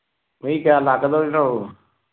ꯃꯤ ꯀꯌꯥ ꯂꯥꯛꯀꯗꯧꯔꯤꯅꯣ